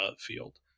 field